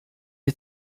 you